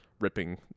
ripping